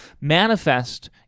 manifest